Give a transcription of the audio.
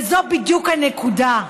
וזו בדיוק הנקודה.